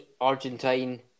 Argentine